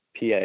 PA